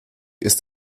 ist